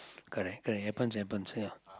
correct it happens it happens you know